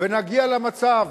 ונגיע למצב,